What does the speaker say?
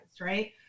Right